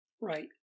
Right